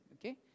okay